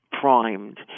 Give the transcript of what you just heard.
primed